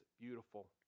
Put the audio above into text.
beautiful